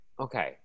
okay